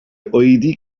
oedi